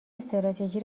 استراتژی